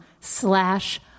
slash